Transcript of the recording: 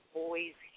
boy's